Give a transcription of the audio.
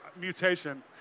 mutation